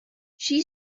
she